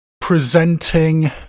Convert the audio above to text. presenting